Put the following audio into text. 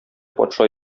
патша